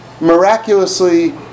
miraculously